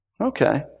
Okay